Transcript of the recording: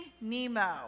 Nemo